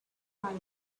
right